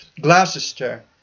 Gloucester